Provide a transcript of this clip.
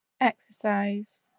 Exercise